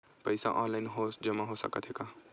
पईसा ऑनलाइन जमा हो साकत हे का?